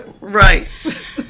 right